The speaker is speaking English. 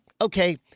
okay